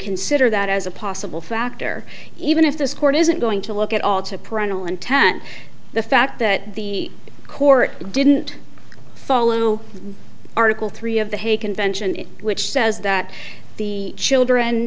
consider that as a possible factor even if this court isn't going to look at all to parental intent the fact that the court didn't follow article three of the hague convention which says that the children